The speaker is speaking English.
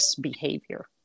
behavior